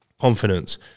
confidence